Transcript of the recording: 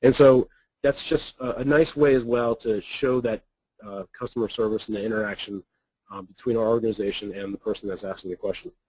and so that's just a nice way as well to show that customer service an the interaction um between our organization and the person that's asking the question.